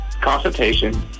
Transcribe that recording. consultation